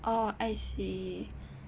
oh I see